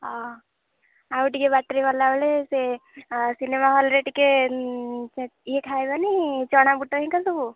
ଆଉ ଟିକେ ବାଟରେ ଗଲାବେଳେ ସେ ସିନେମା ହଲ୍ରେ ଟିକେ ଇଏ ଖାଇବନି ଚଣାବୁଟ ହିଁ କରିଦେବୁ